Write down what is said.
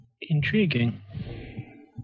Intriguing